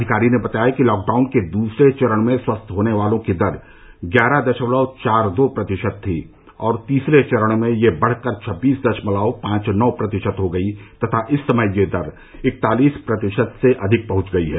अधिकारी ने बताया कि लॉकडाउन के दूसरे चरण में स्वस्थ होने वालों की दर ग्यारह दशमलव चार दो प्रतिशत थी और तीसरे चरण में यह बढ़कर छब्बीस दशमलव पांच नौ प्रतिशत हो गई तथा इस समय यह दर इकतालीस प्रतिशत से अधिक पहंच गई है